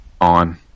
on